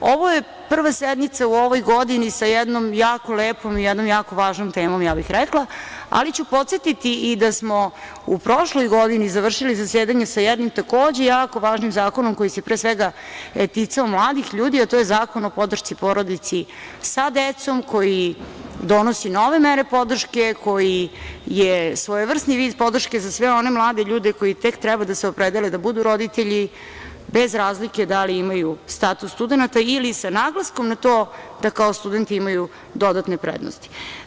Ovo je prva sednica u ovoj godini sa jednom jako lepom i jednom jako važnom temom, ja bih rekla, ali ću podsetiti i da smo u prošloj godini završili zasedanje sa jednim takođe jako važnim zakonom koji se pre svega ticao mladih ljudi, a to je Zakon o podršci porodici sa decom, koji donosi nove mere podrške, koji je svojevrsni vid podrške za sve one mlade ljude koji tek treba da se opredele da budu roditelji, bez razlike da li imaju status studenata ili sa naglaskom na to da kao studenti imaju dodatne prednosti.